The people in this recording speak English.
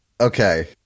Okay